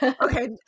okay